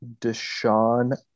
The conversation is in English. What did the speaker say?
deshaun